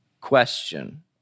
question